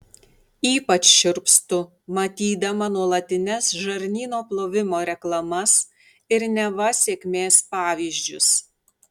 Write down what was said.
ypač šiurpstu matydama nuolatines žarnyno plovimo reklamas ir neva sėkmės pavyzdžius